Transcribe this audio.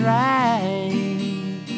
right